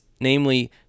namely